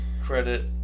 credit